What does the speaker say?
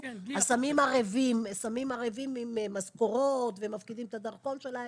אז שמים ערבים עם משכורות ומפקידים את הדרכון שלהם.